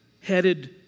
headed